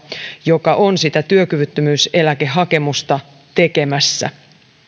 joka on sitä työkyvyttömyyseläkehakemusta tekemässä